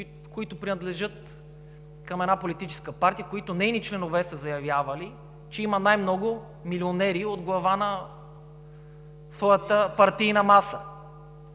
колеги, принадлежащи към една политическа партия, чиито членове са заявявали, че имат най-много милионери на глава от своята партийна маса.